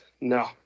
No